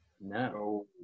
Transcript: No